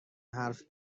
حرف